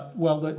well, but